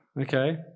Okay